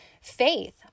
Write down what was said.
faith